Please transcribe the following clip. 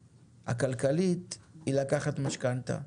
הכלכלית, היא לקחת משכנתא.